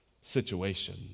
situation